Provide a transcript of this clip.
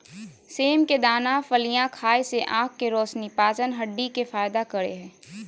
सेम के दाना फलियां खाय से आँख के रोशनी, पाचन, हड्डी के फायदा करे हइ